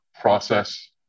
process